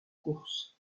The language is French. course